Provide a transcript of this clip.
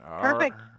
Perfect